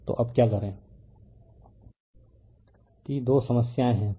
तो अब क्या करें कि 2 समस्याए है